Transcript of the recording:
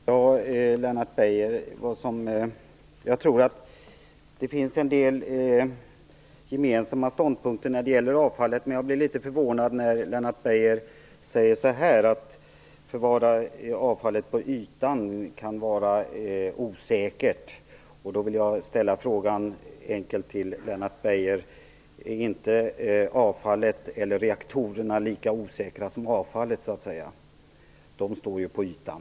Herr talman! Jag tror, Lennart Beijer, att det finns en del gemensamma ståndpunkter när det gäller avfallet. Men jag blir litet förvånad över Lennart Beijers påstående om att förvaring av avfallet på ytan kan vara osäkert. Därför vill jag ställa den enkla frågan: Är inte reaktorerna lika osäkra som avfallet? De står ju på ytan.